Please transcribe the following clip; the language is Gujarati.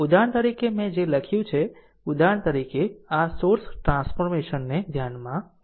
ઉદાહરણ તરીકે મેં જે લખ્યું છે ઉદાહરણ તરીકે આ સોર્સ ટ્રાન્સફોર્મેશન ને ધ્યાનમાં લો